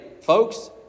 folks